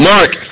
Mark